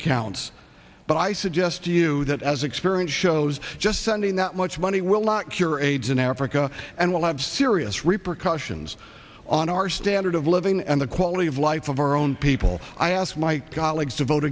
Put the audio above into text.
accounts but i suggest to you that as experience shows just sending that much money will not cure aids in africa and will have serious repercussions on our standard of living and the quality of life of our own people i ask my colleagues to vote